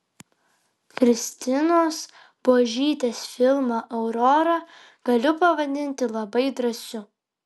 kristinos buožytės filmą aurora galiu pavadinti labai drąsiu